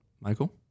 Michael